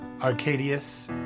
Arcadius